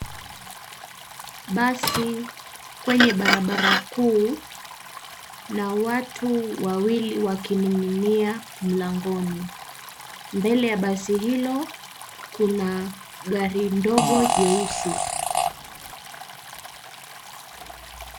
Basi kwenye barabara kuu na watu wawili wakining'inia mlangoni. Mbele ya basi hilo kuna gari dogo jeusi.